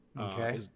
Okay